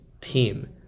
team